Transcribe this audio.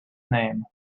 name